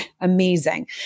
amazing